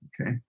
Okay